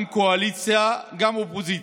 גם קואליציה, גם אופוזיציה.